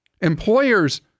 Employers